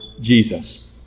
Jesus